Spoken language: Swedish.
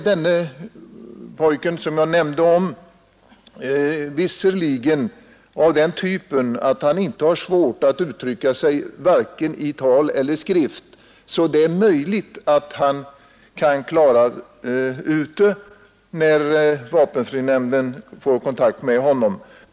Den pojke jag nämnde om har inte svårt att uttrycka sig vare sig i tal eller i skrift, varför det är möjligt att han kan få sin ansökan bifallen när vapenfrinämnden får kontakt med honom.